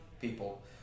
people